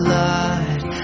light